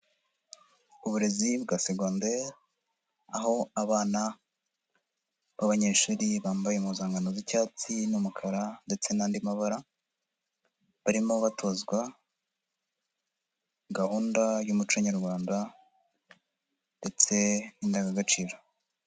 Uburezi bwa segonderi, aho abana b'abanyeshuri bambaye impuzankano z'icyatsi n'umukara ndetse n'andi mabara, barimo batozwa gahunda y'umuco nyarwanda ndetse n'indangagaciro.